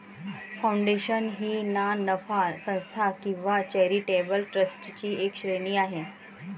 foundation ही ना नफा संस्था किंवा चॅरिटेबल ट्रस्टची एक श्रेणी आहे